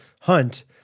hunt